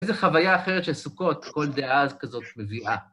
איזו חוויה אחרת של סוכות, כל דעה כזאת מביאה.